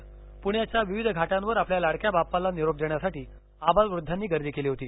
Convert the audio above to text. पृण्याच्या विविध घाटांवर आपल्या लाडक्या बाप्पाला निरोप देण्यासाठी आबालवृद्धांनी गर्दी केली होती